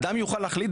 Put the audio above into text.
אדם יוכל להחליט,